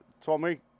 Tommy